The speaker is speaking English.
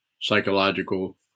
psychological